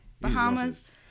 Bahamas